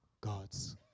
god's